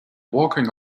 walking